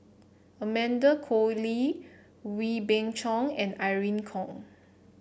Amanda Koe Lee Wee Beng Chong and Irene Khong